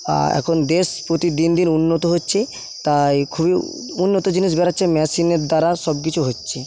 এখন দেশ প্রতি দিন দিন উন্নত হচ্ছে তাই খুবই উন্নত জিনিস বেরাচ্চে মেশিনের দ্বারা সব কিছু হচ্ছে